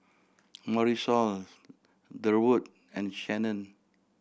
Marisol Durwood and Shannen